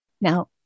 Now